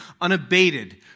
unabated